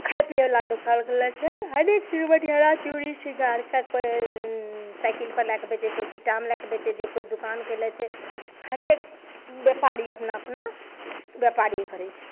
खाय पिये बला दोकान खोलने छै हरेक चीज मनिहारा चुरी शृंगारके केओ साइकिलपर लए कऽ बेचै केओ छिट्टामे लए कऽ बेचै छै केओ दोकान कयने छै हरेक व्यापारी अपना अपना व्यापारी करै छै